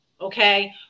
Okay